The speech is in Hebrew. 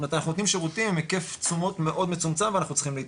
אנחנו נותנים שירותים עם היקף תשומות מאוד מצומצם ואנחנו צריכים להתמקד.